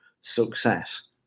success